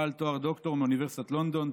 בעל תואר דוקטור מאוניברסיטת לונדון,